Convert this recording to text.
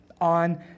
On